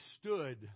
stood